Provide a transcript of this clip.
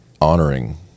honoring